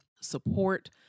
support